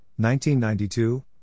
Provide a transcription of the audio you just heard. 1992